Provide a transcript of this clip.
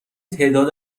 تعداد